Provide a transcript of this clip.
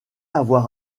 avoir